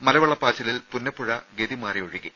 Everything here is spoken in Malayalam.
മലവെള്ളപ്പാച്ചിലിൽ പുന്നപ്പുഴ ഗതി മാറി ഒഴുകി